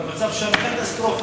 אבל המצב שם הוא קטסטרופה.